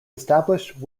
established